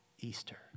Easter